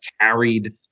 carried